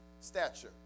stature